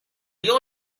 you